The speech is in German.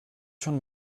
schon